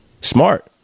Smart